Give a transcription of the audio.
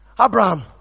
Abraham